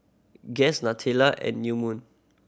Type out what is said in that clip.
Guess Nutella and New Moon